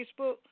Facebook